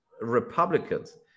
Republicans